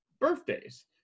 birthdays